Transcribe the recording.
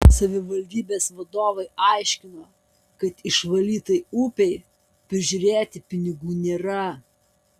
savivaldybės vadovai aiškino kad išvalytai upei prižiūrėti pinigų nėra